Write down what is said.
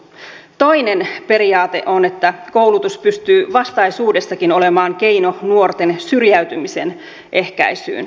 toinen periaate on että koulutus pystyy vastaisuudessakin olemaan keino nuorten syrjäytymisen ehkäisyyn